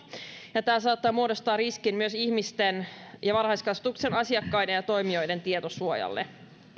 ja tämä saattaa muodostaa riskin myös ihmisten ja varhaiskasvatuksen asiakkaiden ja toimijoiden tietosuojalle